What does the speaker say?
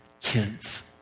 kids